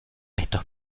estos